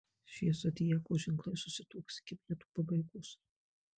šie zodiako ženklai susituoks iki metų pabaigos